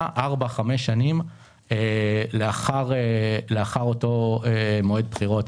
ארבע חמש שנים לאחר אותו מועד בחירות.